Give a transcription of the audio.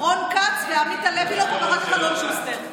רון כץ ועמית הלוי לא פה, ואחר כך אלון שוסטר.